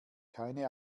keine